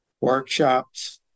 workshops